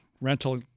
rental